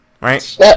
Right